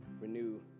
renew